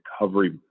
recovery